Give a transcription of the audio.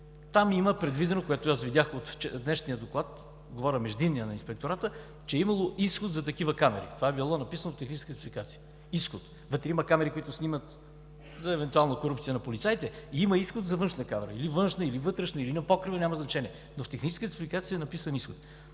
Там има предвидено, което и аз видях от днешния доклад, говоря за междинния – на Инспектората, че е имало изход за такива камери. Това е било написано в техническата спецификация – изход. Вътре има камери, които снимат за евентуална корупция на полицаите. Има изход за външна камера – или външна, или вътрешна, или на покрива, няма значение. Но в техническата спецификация е написан „изход“.